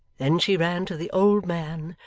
then she ran to the old man,